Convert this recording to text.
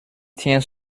tient